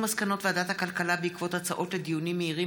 מסקנות ועדת הכלכלה בעקבות דיונים מהירים